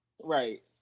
Right